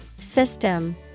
System